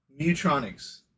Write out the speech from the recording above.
Mutronics